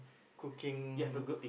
cooking you know